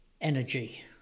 energy